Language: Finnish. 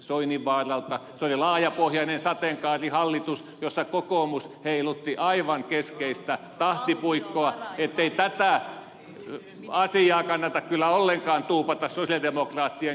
se oli laajapohjainen sateenkaarihallitus jossa kokoomus heilutti aivan keskeistä tahtipuikkoa eli tätä asiaa ei kannata kyllä ollenkaan tuupata sosialidemokraattien kylkeen